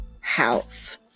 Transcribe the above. house